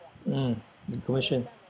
mm negotiate